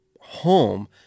home